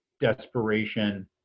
desperation